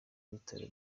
bitaro